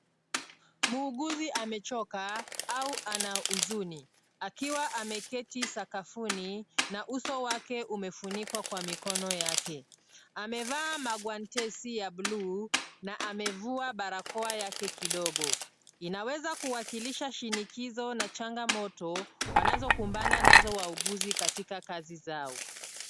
Muuguzi amechoka, au ana huzuni, akiwa ameketi sakafuni, na uso wake umefunikwa kwa mikono yake. Amevaa magwantesi ya bluu, na amevua barakoa yake kidogo. Inaweza kuwakilisha shinikizo, na changamoto, wanazokumbana nazo wauguzi katika kazi zao.